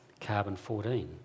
carbon-14